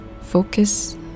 Focus